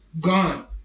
gone